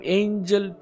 angel